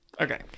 Okay